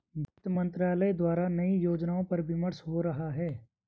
वित्त मंत्रालय द्वारा नए योजनाओं पर विमर्श हो रहा है